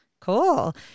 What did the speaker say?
cool